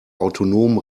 autonomen